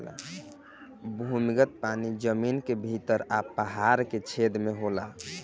भूमिगत पानी जमीन के भीतर आ पहाड़ के छेद में होला